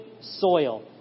soil